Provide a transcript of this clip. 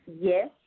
Yes